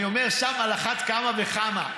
אני אומר: שם על אחת כמה וכמה,